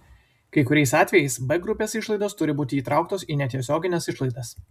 kai kuriais atvejais b grupės išlaidos turi būti įtrauktos į netiesiogines išlaidas